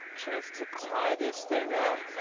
chance to tie this thing up.